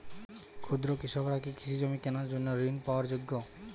ক্ষুদ্র কৃষকরা কি কৃষিজমি কেনার জন্য ঋণ পাওয়ার যোগ্য?